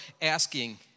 asking